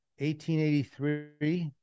1883